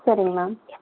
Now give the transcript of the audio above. சரிங்க மேம்